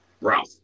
Ralph